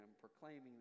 proclaiming